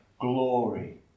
glory